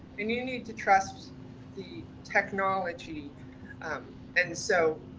and you need to trust the technology and so,